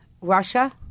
Russia